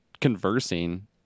conversing